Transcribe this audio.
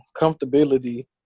comfortability